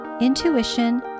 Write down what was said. intuition